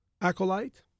acolyte